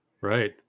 right